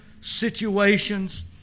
situations